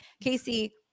Casey